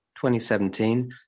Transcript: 2017